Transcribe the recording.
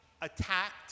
attacked